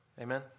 amen